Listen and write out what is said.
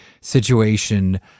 situation